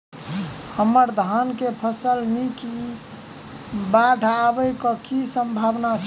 हम्मर धान केँ फसल नीक इ बाढ़ आबै कऽ की सम्भावना छै?